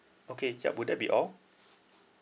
okay yup would that be all